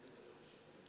התשע"ב 2012,